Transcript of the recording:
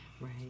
Right